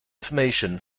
information